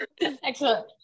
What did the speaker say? excellent